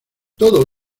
todo